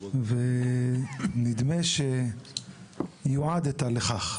נראה שיועדת לכך.